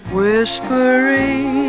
whispering